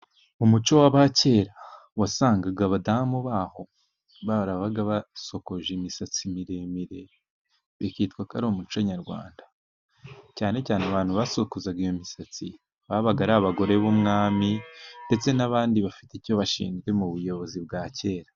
Mu muco w'abakera wasangaga abadamu baho barabaga basokoje imisatsi miremire bikitwa ko ari umuco nyarwanda, cyane cyane abantu basokuzaga iyo misatsi babaga ari abagore b'umwami ndetse n'abandi bafite icyo bashinzwe mu buyobozi bwa kera.